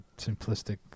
simplistic